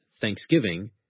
thanksgiving